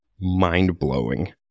mind-blowing